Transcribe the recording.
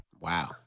Wow